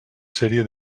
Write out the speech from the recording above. sèrie